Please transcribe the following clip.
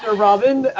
ah robin,